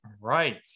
right